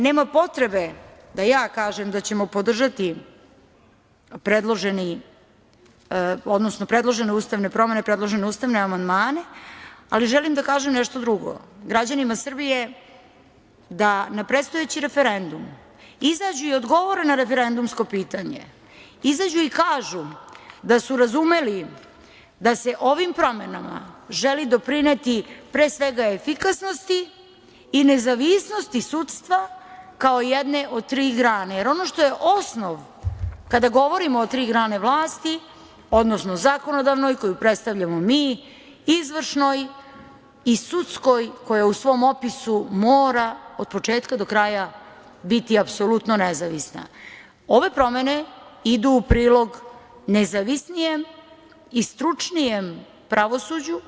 Nema potrebe da ja kažem da ćemo podržati predložene ustavne promene, predložene ustavne amandmane, ali želim da kažem nešto drugo građanima Srbije, da na predstojeći referendum izađu i odgovore na referendumsko pitanje, izađu i kažu da su razumeli da se ovim promenama želi doprineti pre svega efikasnosti i nezavisnosti sudstva kao jedne od tri grane, jer ono što je osnov kada govorimo o tri grane vlasti, odnosno zakonodavnoj, koju predstavljamo mi, izvršnoj i sudskoj, koja u svom opisu mora od početka do kraja biti apsolutno nezavisna, ove promene idu u prilog nezavisnijem i stručnijem pravosuđu.